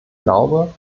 glaube